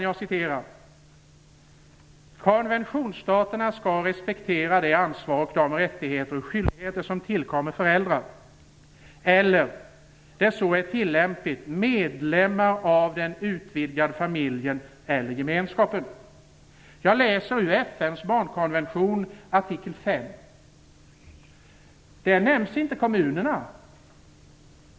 Jag citerar: "Konventionsstaterna skall respektera det ansvar och de rättigheter och skyldigheter som tillkommer föräldrar eller, där så är tillämpligt, medlemmar av den utvidgade familjen eller gemenskapen -." Jag läser ur FN:s barnkonvention, artikel 5. Där nämns inte kommunerna.